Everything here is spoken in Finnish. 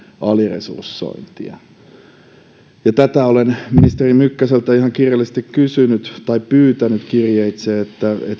aliresursointia tätä olen ministeri mykkäseltä ihan kirjallisesti kysynyt tai pyytänyt kirjeitse